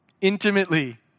intimately